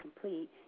complete